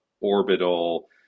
orbital